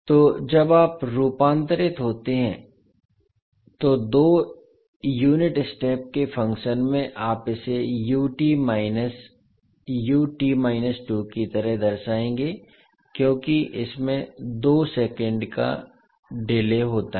तो जब आप रूपांतरित होते हैं तो दो यूनिट स्टेप के फंक्शन में आप इसे की तरह दर्शाएंगे क्योंकि इसमें दो सेकंड की देरी होती है